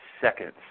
seconds